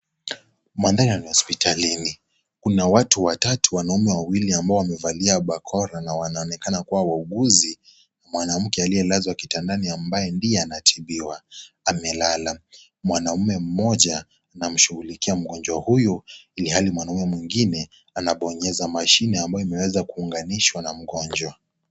Mandhari ni ya hospitalini. Kuna watu watatu wanaume wawili ambao wamevalia bakora na wanaonekana kuwa wauguzi. Mwanamke aliyelazwa kitandani ambaye ndiye anatibiwa amelala. Mwanaume mmoja anashughulikia mgonjwa huyo ilhali mwanaume mwingine anabonyeza mashine ambayo imeweza kuunganishwa na mgonjwa.